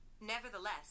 Nevertheless